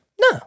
no